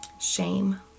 shame